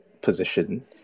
position